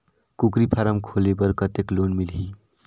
कूकरी फारम खोले बर कतेक लोन मिलही?